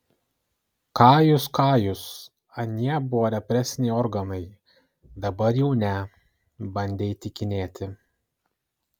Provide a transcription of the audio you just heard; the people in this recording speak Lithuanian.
ką jūs ką jūs anie buvo represiniai organai dabar jau ne bandė įtikinėti